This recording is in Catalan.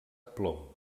plom